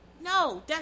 No